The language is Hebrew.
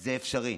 זה אפשרי.